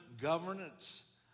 governance